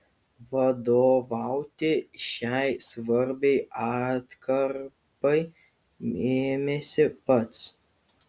vadovauti šiai svarbiai atkarpai ėmėsi pats